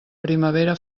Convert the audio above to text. primavera